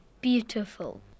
Beautiful